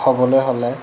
হ'বলৈ হ'লে